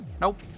Nope